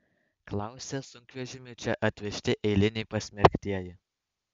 klausia sunkvežimiu čia atvežti eiliniai pasmerktieji